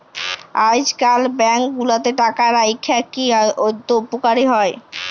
আইজকাল ব্যাংক গুলাতে টাকা রাইখা কি আদৌ উপকারী হ্যয়